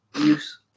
use